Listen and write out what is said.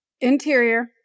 Interior